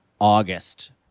August